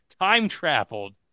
time-traveled